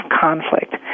conflict